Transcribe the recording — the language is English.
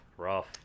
rough